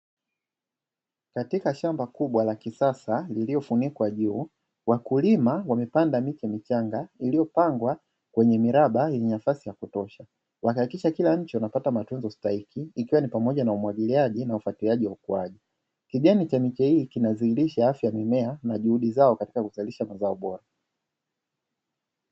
Katika shamba kubwa la kisasa lililofunikwa juu, wakulima wamepanda miti michanga iliyopangwa kwenye miraba yenye nafasi ya kutosha. Wakahakikisha kila mche unapata matunzo stahiki ikiwa pamoja na umwagiliaji na ufuatiliaji wa ukuaji. Kijani cha miche hii kinadhihirisha afya ya mimea na juhudi zao katika kuzalisha mazao bora.